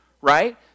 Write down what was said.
right